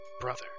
brother